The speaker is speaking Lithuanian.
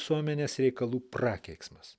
visuomenės reikalų prakeiksmas